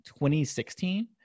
2016